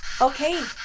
Okay